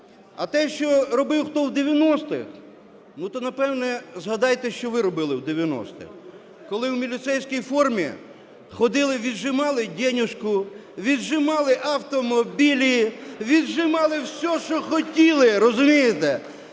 А те, що робив хто в 90-х, ну то, напевне, згадайте, що ви робили в 90-х, коли в міліцейській формі ходили віджимали денежку, віджимали автомобілі, віджимали все, що хотіли. Розумієте?